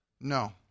No